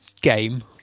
game